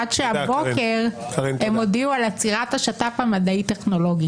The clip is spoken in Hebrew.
-- עד שהבוקר הם הודיעו על עצירת השת"פ המדעי-טכנולוגי.